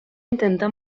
intentà